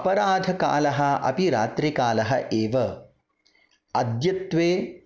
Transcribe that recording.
अपराधकालः अपि रात्रिकालः एव अद्यत्वे